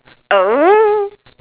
oh